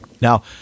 now